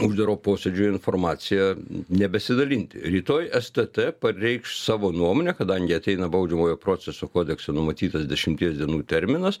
uždaro posėdžio informacija nebesidalinti rytoj stt pareikš savo nuomonę kadangi ateina baudžiamojo proceso kodekse numatytas dešimties dienų terminas